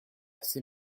ces